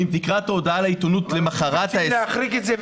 אם תקרא את ההודעה לעיתונות למוחרת ------ להחריג את זה.